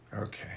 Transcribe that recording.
Okay